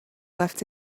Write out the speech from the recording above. left